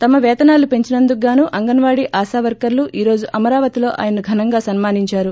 తమ పేతనాలు పెంచినందుకు గాను అంగన్వాడీ ఆశా వర్కర్లు ఈ రోజు అమరావతిలో ఆయన్ను ఘనంగా సన్మానించారు